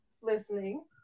listening